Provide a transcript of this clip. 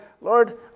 Lord